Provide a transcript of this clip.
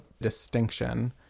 distinction